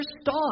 stop